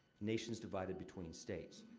nations divided between states.